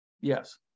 Yes